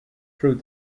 through